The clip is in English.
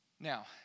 Now